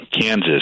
Kansas